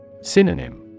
Synonym